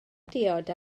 diod